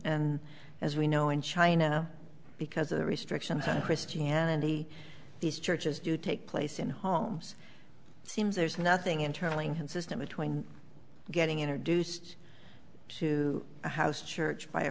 and as we know in china because of restrictions on christianity these churches do take place in homes it seems there's nothing internally consistent between getting introduced to a house church by a